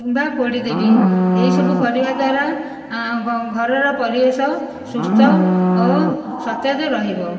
କିମ୍ବା ପୋଡ଼ିଦେବି ଏହିସବୁ କରିବା ଦ୍ୱାରା ଘରର ପରିବେଶ ସୁସ୍ଥ ଓ ସତେଜ ରହିବ